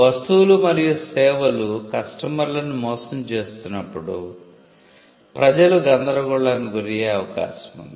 వస్తువులు మరియు సేవలు కస్టమర్లను మోసం చేస్తున్నప్పుడు ప్రజలు గందరగోళానికి గురి అయ్యే అవకాశం ఉంది